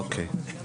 אוקיי.